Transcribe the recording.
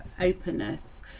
openness